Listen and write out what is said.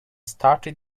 started